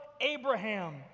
Abraham